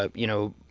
ah you know,